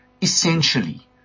essentially